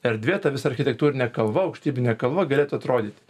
erdvė ta visa architektūrinė kalva aukštybinė kalva galėtų atrodyti